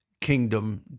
kingdom